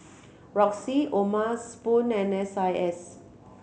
Roxy O'ma Spoon and S I S